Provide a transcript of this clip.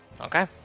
Okay